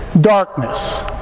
darkness